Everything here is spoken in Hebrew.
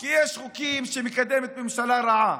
כי יש חוקים שמקדמת ממשלה רעה,